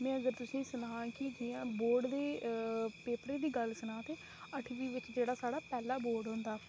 में अगर तुसेंगी सनां कि बोर्ड दे पेपरें दी गल्ल सनां ते अट्ठमीं बिच जेह्ड़ा साढ़ा पैह्ला बोर्ड होंदा